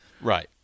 Right